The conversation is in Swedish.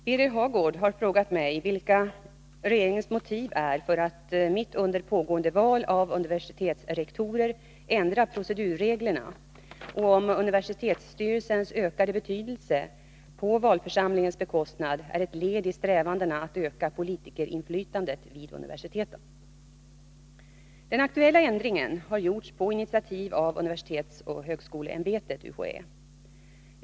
Herr talman! Birger Hagård har frågat mig vilka regeringens motiv är för att mitt under pågående val av universitetsrektorer ändra procedurreglerna, och om universitetsstyrelsens ökade betydelse på valförsamlingens bekostnad är ett led i strävandena att öka politikerinflytandet vid universiteten. Den aktuella ändringen har gjorts på initiativ av universitetsoch högskoleämbetet .